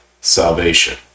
salvation